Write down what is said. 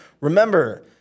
remember